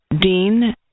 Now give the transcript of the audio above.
Dean